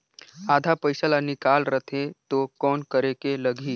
आधा पइसा ला निकाल रतें तो कौन करेके लगही?